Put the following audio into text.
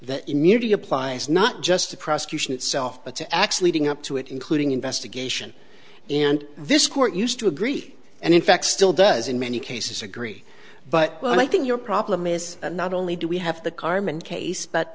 that immunity applies not just to prosecution itself but to actually going up to it including investigation and this court used to agree and in fact still does in many cases agree but well i think your problem is that not only do we have the carmen case but